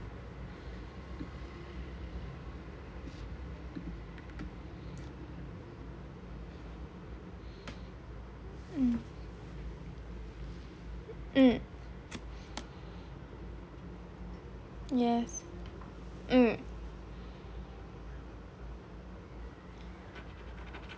mm mm yes mm